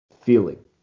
Feeling